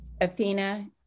athena